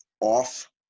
off